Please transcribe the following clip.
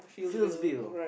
Fieldsville